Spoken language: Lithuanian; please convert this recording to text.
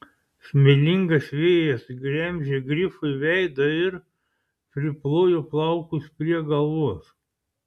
smėlingas vėjas gremžė grifui veidą ir priplojo plaukus prie galvos